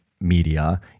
media